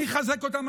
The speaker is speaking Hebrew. אני אחזק אותם.